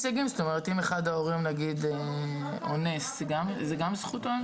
בפתיחה, אם אחד ההורים אונס, זה גם זכותם?